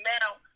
now